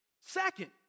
Second